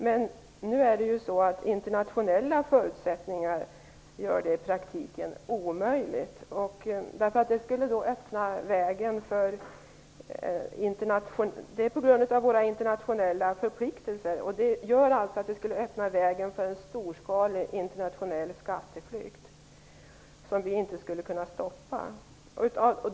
Men internationella förutsättningar gör det i praktiken omöjligt på grund av Sveriges internationella förpliktelser. Det skulle nämligen öppna vägen för en storskalig internationell skatteflykt, som vi inte skulle kunna stoppa.